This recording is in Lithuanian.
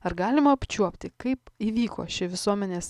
ar galima apčiuopti kaip įvyko ši visuomenės